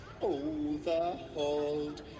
overhauled